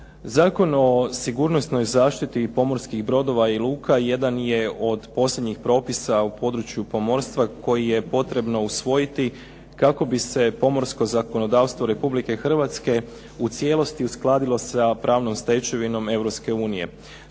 Zakon o sigurnosnoj zaštiti pomorskih brodova i luka jedan je od posljednjih propisa u području pomorstva koji je potrebno usvojiti kako bi se pomorsko zakonodavstvo Republike Hrvatske u cijelosti uskladilo sa pravnom stečevinom